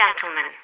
gentlemen